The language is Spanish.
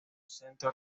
centro